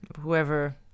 whoever